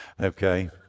okay